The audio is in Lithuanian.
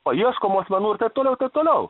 paieškomų asmenų ir taip toliau taip toliau